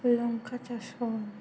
ଲଙ୍କା ଚାଷ